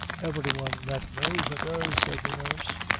every one that knows her does, said the nurse.